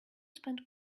spend